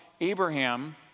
Abraham